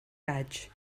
gaig